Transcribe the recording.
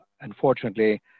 unfortunately